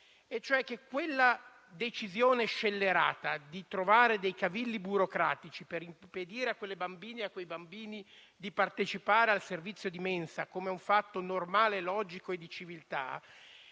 riflettesse. Quella decisione scellerata di trovare dei cavilli burocratici per impedire a bambine e bambini di partecipare al servizio di mensa, come un fatto normale e logico e di civiltà,